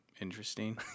interesting